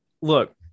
look